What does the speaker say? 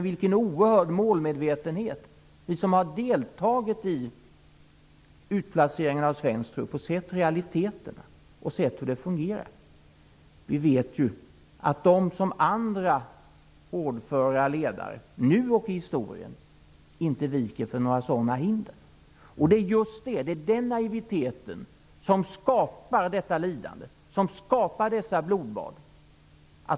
Vi som har deltagit i utplaceringen av svensk trupp och sett realiteterna och hur det fungerar vet ju med vilken oerhörd målmedvetenhet de som andra hårdföra ledare, nu och i historien, inte viker för några sådana hinder. Det är just den naiviteten som skapar detta lidande och dessa blodbad.